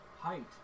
Height